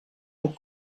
ont